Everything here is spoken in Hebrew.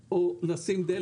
והם לא עושים את העבודה